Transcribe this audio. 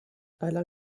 alain